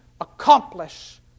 accomplish